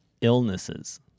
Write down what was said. illnesses